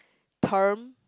term